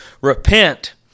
repent